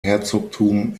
herzogtum